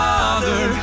Father